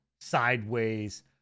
sideways